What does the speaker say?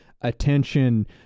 Attention